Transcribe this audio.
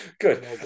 good